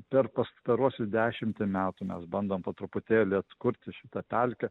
per pastaruosius dešimtį metų mes bandom po truputėlį atkurti šitą pelkę